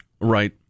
Right